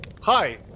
Hi